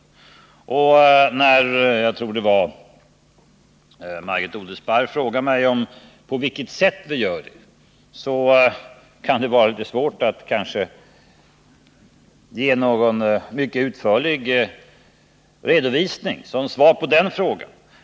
Margit Odelsparr frågade mig på vilket sätt vi gör det. Det kan kanske vara litet svårt att ge någon mycket utförlig redovisning som svar på den frågan.